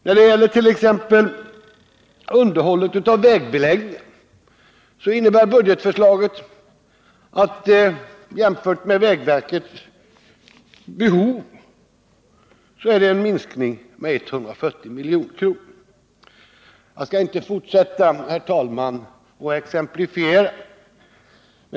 När det gäller t.ex. underhållet av vägbeläggningar innebär budgetförslaget en minskning med 140 milj.kr. jämfört med vägverkets beräkning av behovet. Jag skall inte fortsätta att exemplifiera.